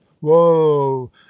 Whoa